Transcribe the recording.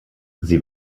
sie